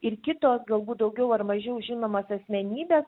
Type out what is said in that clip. ir kitos galbūt daugiau ar mažiau žinomos asmenybės